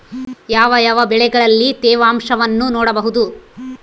ಯಾವ ಯಾವ ಬೆಳೆಗಳಲ್ಲಿ ತೇವಾಂಶವನ್ನು ನೋಡಬಹುದು?